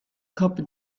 copper